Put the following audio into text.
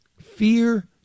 Fear